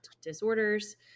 disorders